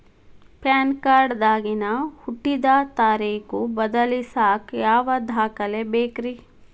PAN card ದಾಗಿನ ಹುಟ್ಟಿದ ತಾರೇಖು ಬದಲಿಸಾಕ್ ಯಾವ ದಾಖಲೆ ಬೇಕ್ರಿ?